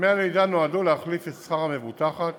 דמי הלידה נועדו להחליף את שכר המבוטחת